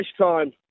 time